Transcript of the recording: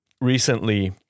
recently